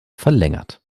verlängert